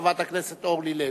חברת הכנסת אורלי לוי.